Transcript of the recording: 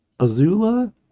Azula